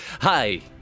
Hi